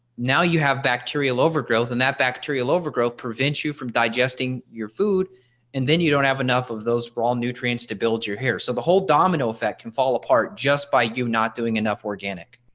now you have bacterial overgrowth and that bacterial overgrowth prevents you from digesting your food and then you don't have enough of those raw nutrients to build your hair. so the whole domino effect can fall apart just by you not doing enough organic,